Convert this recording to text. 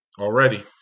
already